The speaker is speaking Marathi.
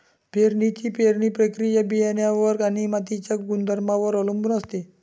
पेरणीची पेरणी प्रक्रिया बियाणांवर आणि मातीच्या गुणधर्मांवर अवलंबून असते